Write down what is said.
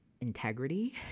Integrity